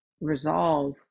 resolve